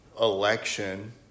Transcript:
election